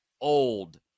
old